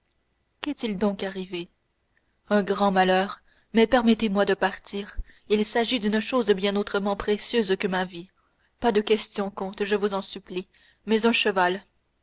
qu'est-il donc arrivé un grand malheur mais permettez-moi de partir il s'agit d'une chose bien autrement précieuse que ma vie pas de question comte je vous en supplie mais un cheval